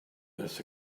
this